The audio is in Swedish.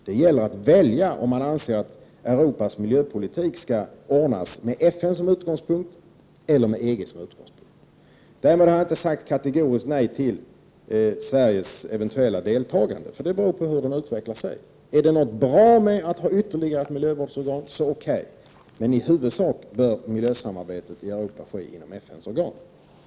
Det gäller att välja om man anser att Europas miljöpolitik skall klaras med FN som utgångspunkt eller med EG som utgångspunkt. Därmed har jag inte sagt kategoriskt nej till Sveriges eventuella deltagande. Det beror på hur det hela utvecklar sig. Det är okej med medlemskap om det är någonting som är bra med att ha ytterligare ett miljövårdsorgan, men = Prot. 1989/90:45 i huvudsak bör miljösamarbetet i Europa ske inom FN:s organ. 13 december 1989